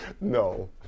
No